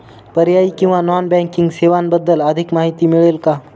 पर्यायी किंवा non banking सेवांबद्दल अधिक माहिती मिळेल का?